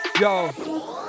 yo